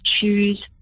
choose